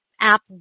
app